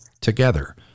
together